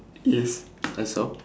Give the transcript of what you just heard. yes I saw